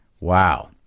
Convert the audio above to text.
wow